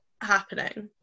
happening